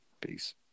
Peace